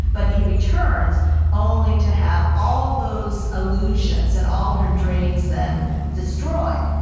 but he returns only to have all those illusions and all her dreams then destroyed.